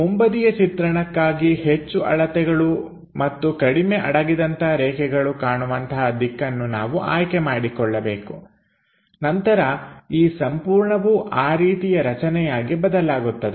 ಮುಂಬದಿಯ ಚಿತ್ರಣಕ್ಕಾಗಿ ಹೆಚ್ಚು ಅಳತೆಗಳು ಮತ್ತು ಕಡಿಮೆ ಅಡಗಿದಂತಹ ರೇಖೆಗಳು ಕಾಣುವಂತಹ ದಿಕ್ಕನ್ನು ನಾವು ಆಯ್ಕೆಮಾಡಿಕೊಳ್ಳಬೇಕು ನಂತರ ಈ ಸಂಪೂರ್ಣವೂ ಆ ರೀತಿಯ ರಚನೆಯಾಗಿ ಬದಲಾಗುತ್ತದೆ